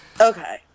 Okay